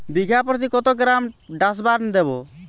বিঘাপ্রতি কত গ্রাম ডাসবার্ন দেবো?